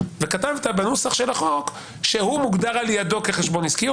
וכתבת בנוסח החוק שהוא מוגדר על ידו כחשבון עסקי.